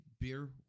Beer